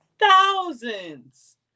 thousands